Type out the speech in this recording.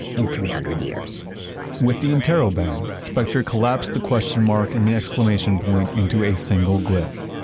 in three hundred years with the interrobang, speckter collapsed the question mark and the exclamation point into a single glyph.